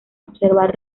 observar